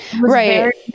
right